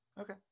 okay